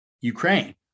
Ukraine